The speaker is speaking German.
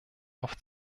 auf